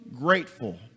grateful